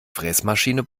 fräsmaschine